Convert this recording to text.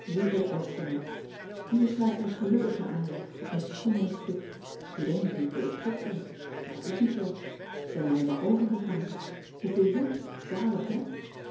lieve beste net hier schrijft een gelukkige aan je op een schommelend schip je denkt natuurlijk dat ik gek ben maar dat is niet zoo k ben alleen maar overgegaan hoe vin je zalig hè